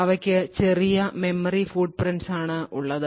അവയ്ക്ക് ചെറിയ memory foot prints ആണ് ഉള്ളത്